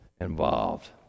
involved